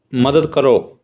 ਮਦਦ ਕਰੋ